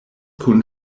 kun